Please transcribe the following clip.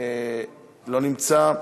לא נמצא,